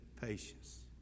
patience